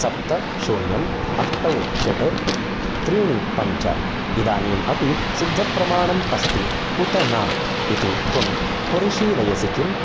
सप्त शून्यम् अष्ट षट् त्रीणि पञ्च इदानीम् अपि सिद्धप्रमाणम् अस्ति उत न इति त्वं परिशीलयसि किम्